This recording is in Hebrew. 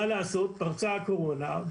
מה לעשות והקורונה פרצה.